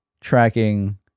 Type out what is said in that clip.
tracking